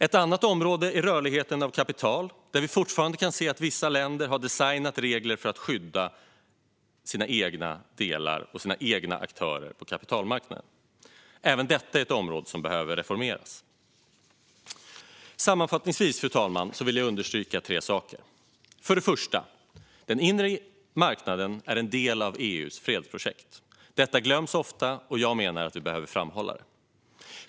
Ett annat område är rörligheten av kapital, där vi fortfarande kan se att vissa länder har designat regler för att skydda sina egna andelar och sina egna aktörer på kapitalmarknaden. Även detta är ett område som behöver reformeras. Sammanfattningsvis, fru talman, vill jag understryka tre saker. För det första: Den inre marknaden är en del av EU:s fredsprojekt. Detta glöms ofta bort, och jag menar att vi behöver framhålla det.